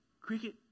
cricket